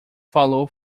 falou